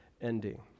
ending